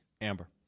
Amber